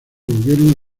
volvieron